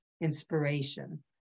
inspiration